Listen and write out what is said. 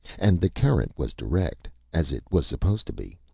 and the current was direct as it was supposed to be.